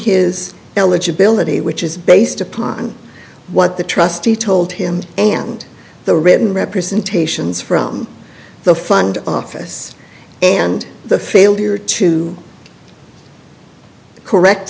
his eligibility which is based upon what the trustee told him and the written representations from the fund office and the failure to correct